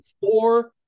four